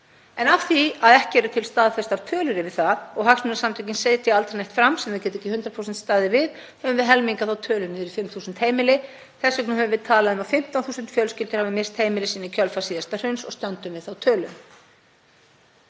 En af því að ekki eru til staðfestar tölur yfir það og hagsmunasamtökin setja aldrei neitt fram sem þau geta ekki 100% staðið við höfum við helmingað þá tölu niður í 5.000 heimili. Þess vegna höfum við talað um að 15.000 fjölskyldur hafi misst heimili sín í kjölfar síðasta hruns og stöndum við þá tölu.